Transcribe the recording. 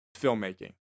filmmaking